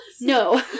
No